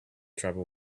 tribal